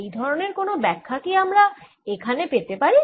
এই ধরনের কোন ব্যাখ্যা কি আমরা এখানে পেতে পারি